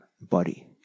body